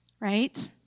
Right